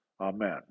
amen